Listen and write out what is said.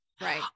Right